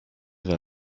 vers